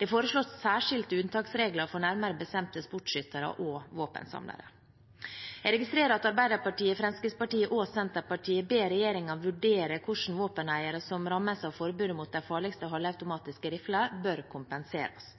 Det foreslås nærmere bestemte unntaksregler for sportsskyttere og våpensamlere. Jeg registrerer at Arbeiderpartiet, Fremskrittspartiet og Senterpartiet ber regjeringen vurdere hvordan våpeneiere som rammes av forbudet mot de farligste halvautomatiske riflene, bør kompenseres.